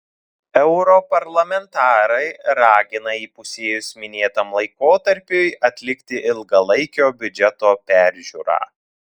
europarlamentarai ragina įpusėjus minėtam laikotarpiui atlikti ilgalaikio biudžeto peržiūrą